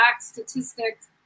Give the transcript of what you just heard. statistics